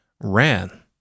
ran